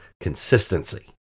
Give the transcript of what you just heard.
consistency